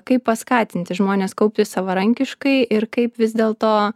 kaip paskatinti žmones kaupti savarankiškai ir kaip vis dėl to